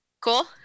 Cool